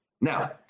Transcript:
Now